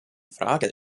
frage